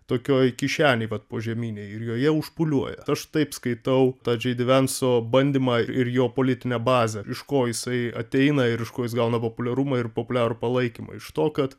tokioj kišenėj vat požeminėj ir joje užpūliuoja aš taip skaitau tą džei dy venso bandymą ir jo politinę bazę iš ko jisai ateina ir iš ko jis gauna populiarumą ir populiarų palaikymą iš to kad